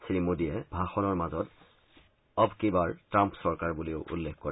শ্ৰীমোদীয়ে ভাষণৰ মাজত আপ কী বাৰ ট্ৰাম্প চৰকাৰ বুলিও উল্লেখ কৰে